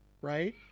right